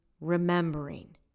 remembering